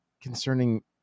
concerning